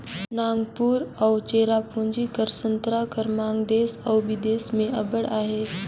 नांगपुर अउ चेरापूंजी कर संतरा कर मांग देस अउ बिदेस में अब्बड़ अहे